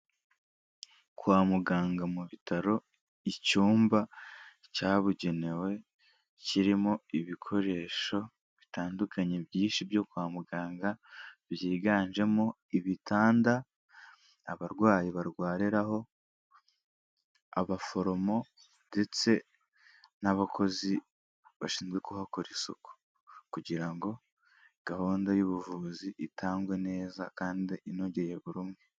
Kwa muganga mu bitaro, icyumba cyabugenewe kirimo ibikoresho bitandukanye byinshi byo kwa muganga, byiganjemo ibitanda abarwayi barwariraraho, abaforomo ndetse n'abakozi bashinzwe kuhakora isuku, kugira ngo gahunda y'ubuvuzi itangwe neza kandi inogeye buri umwe.